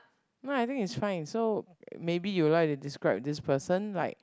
no I think it's fine so maybe you like to describe this person like